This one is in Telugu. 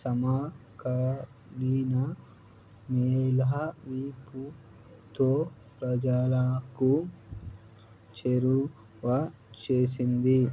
సమకాలిన వైపు ప్రజలకు చేరువ చేసింది